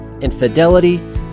infidelity